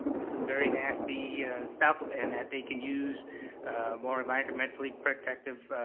this is very nasty stuff, and that they can use more environmentally protective